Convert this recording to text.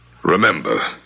Remember